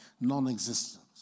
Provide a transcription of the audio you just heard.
non-existent